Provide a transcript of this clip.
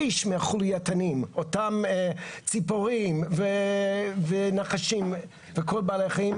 שליש מאותן ציפורים ונחשים וכל בעלי החיים